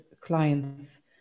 clients